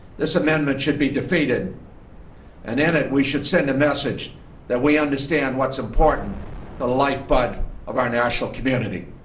this amendment should be defeated and in it we should send a message that we understand what's important the life blood of our national community.